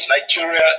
Nigeria